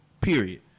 period